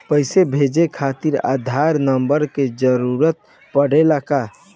पैसे भेजे खातिर आधार नंबर के जरूरत पड़ी का?